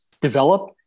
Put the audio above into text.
develop